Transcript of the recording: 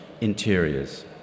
interiors